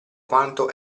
quanto